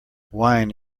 wine